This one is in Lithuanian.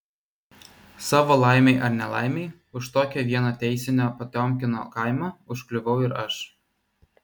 savo laimei ar nelaimei už tokio vieno teisinio potiomkino kaimo užkliuvau ir aš